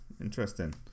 Interesting